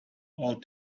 all